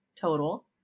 total